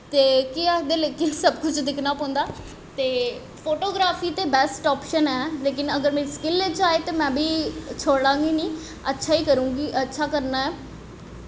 ते केह् आखदे लेकिन सब कुछ दिक्खना पौंदा ते फोटोग्राफी ते बैस्ट आप्शन ऐ लेकिन अगर स्किल च आए ते में बी छोड़ा गी निं अच्छा करना ऐ